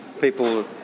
people